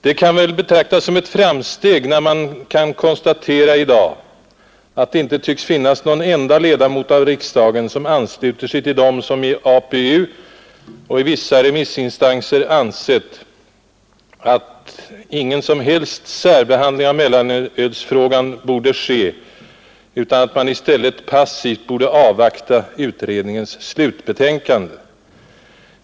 Det kan väl betraktas som ett framsteg, när man i dag kan konstatera att det inte tycks finnas någon enda ledamot av riksdagen som ansluter sig till dem som i APU och i vissa remissinstanser ansett att ingen som helst särbehandling av mellanölsfrågan borde ske utan att man i stället | passivt borde avvakta utredningens slutbetänkande.